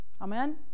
Amen